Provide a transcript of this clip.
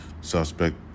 Suspect